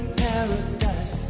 paradise